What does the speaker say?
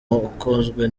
ukozwe